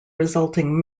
resulting